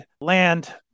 land